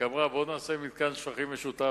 אמרה: בואו נעשה מתקן שפכים משותף,